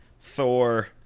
thor